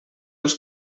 als